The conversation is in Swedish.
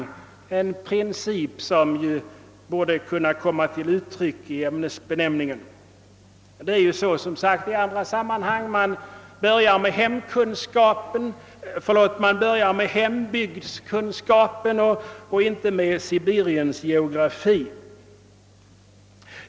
Man börjar med hembygdskunskapen och inte med Sibiriens geografi. Den principen borde kunna komma till uttryck i den aktuella ämnesbenämningen.